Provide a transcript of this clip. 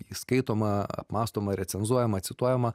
ji skaitoma apmąstoma recenzuojama cituojama